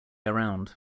around